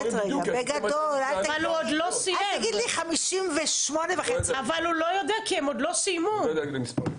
כי הם עוד לא סיימו.